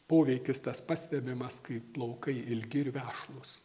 poveikis tas pastebimas kai plaukai ilgi ir vešlūs